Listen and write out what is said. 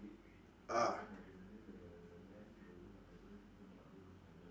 ah